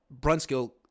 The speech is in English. Brunskill